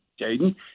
Jaden